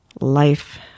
life